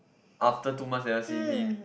after two months never see him